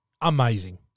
amazing